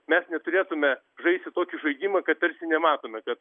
mes neturėtume žaisti tokį žaidimą kad tarsi nematome kad